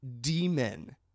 demon